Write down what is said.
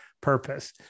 purpose